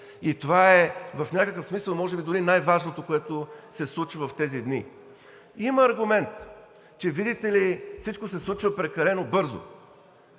И това в някакъв смисъл е може би дори най-важното, което се случва в тези дни. Има аргумент, че видите ли, всичко се случва прекалено бързо.